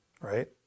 right